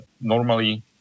normally